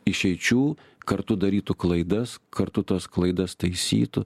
išeičių kartu darytų klaidas kartu tas klaidas taisytų